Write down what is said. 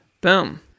Boom